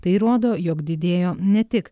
tai rodo jog didėjo ne tik